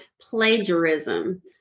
plagiarism